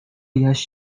jaś